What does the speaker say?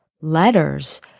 letters